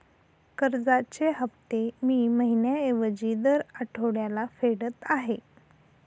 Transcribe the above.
कर्जाचे हफ्ते मी महिन्या ऐवजी दर आठवड्याला फेडत आहे